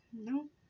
no